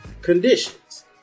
conditions